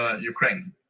Ukraine